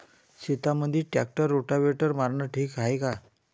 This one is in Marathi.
शेतामंदी ट्रॅक्टर रोटावेटर मारनं ठीक हाये का?